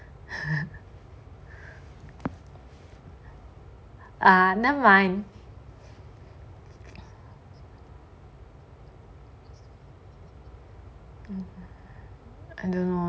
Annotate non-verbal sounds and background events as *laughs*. *laughs* err never mind